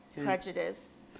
prejudice